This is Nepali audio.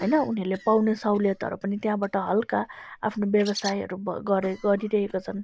होइन उनीहरूले पाउने सहुलियतहरू पनि त्यहाँबाट हल्का आफ्नो व्यवसायहरू गरिरहेका छन्